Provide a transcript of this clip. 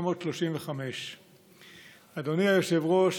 1935. אדוני היושב-ראש,